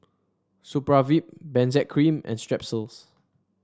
Supravit Benzac Cream and Strepsils